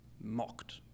mocked